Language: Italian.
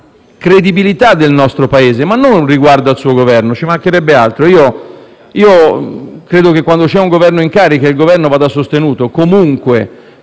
credibilità del nostro Paese, ma non riguardo al suo Governo, ci mancherebbe altro: credo che il Governo in carica vada sostenuto comunque;